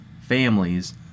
families